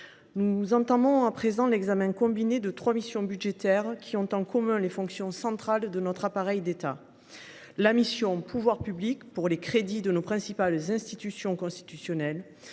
nous entamons l’examen groupé de trois missions budgétaires qui ont en commun d’abonder les fonctions centrales de notre appareil d’État : la mission « Pouvoirs publics » pour les crédits de nos principales institutions constitutionnelles,